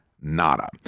nada